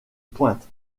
pointe